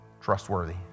Trustworthy